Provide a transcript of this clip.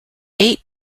eight